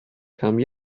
come